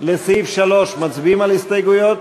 לסעיף 3, מצביעים על הסתייגויות?